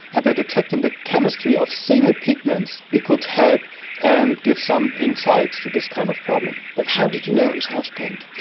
and by detecting the chemistry of single pigments we could help and give some insight to this kind of problem. but how did you know it was house paint?